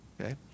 okay